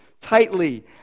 tightly